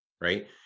right